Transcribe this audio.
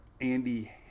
Andy